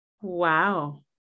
Wow